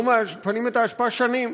לא מפנים את האשפה שנים.